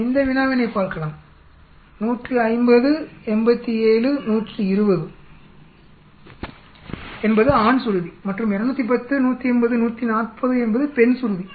நாம் இந்த வினாவினை பார்க்கலாம் 150 87 120 என்பது ஆண் சுருதி மற்றும் 210 180 140 என்பது பெண் சுருதி